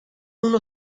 uno